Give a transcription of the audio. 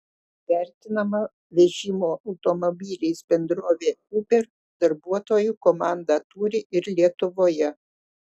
vertinama vežimo automobiliais bendrovė uber darbuotojų komandą turi ir lietuvoje